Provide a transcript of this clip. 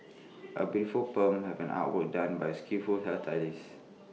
A beautiful perm have an artwork done by A skilful hairstylist